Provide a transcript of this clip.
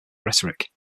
rhetoric